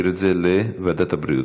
להעביר את זה לוועדת הבריאות.